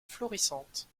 florissante